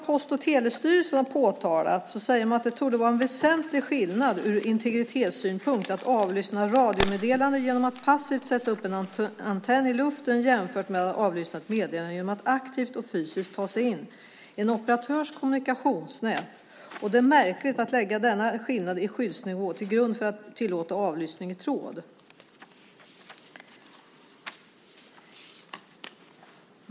Post och telestyrelsen säger att det torde vara en väsentlig skillnad ur integritetssynpunkt mellan att avlyssna radiomeddelanden genom att passivt sätta upp en antenn i luften och att avlyssna ett meddelande genom att aktivt och fysiskt ta sig in i en operatörs kommunikationsnät. Det är märkligt att lägga denna skillnad i skyddsnivå till grund för att tillåta avlyssning i tråd.